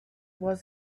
was